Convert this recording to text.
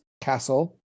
castle